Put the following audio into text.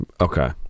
Okay